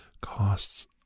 costs